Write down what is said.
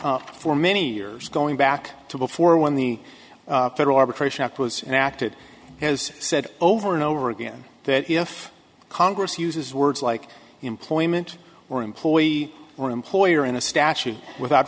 court for many years going back to before when the federal arbitration act was enacted has said over and over again that if congress uses words like employment or employee or employer in a statute without